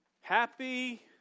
Happy